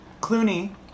Clooney